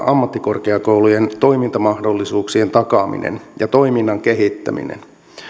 ammattikorkeakoulujen toimintamahdollisuuksien takaaminen ja toiminnan kehittäminen